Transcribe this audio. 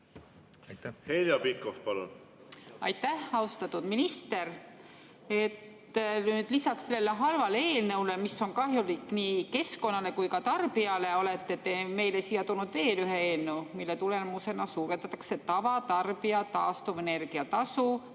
Heljo Pikhof, palun! Aitäh, austatud minister! Lisaks sellele halvale eelnõule, mis on kahjulik nii keskkonnale kui ka tarbijale, olete te meile siia toonud veel ühe eelnõu, mille tulemusena suurendatakse tavatarbijal taastuvenergia tasu